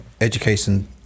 Education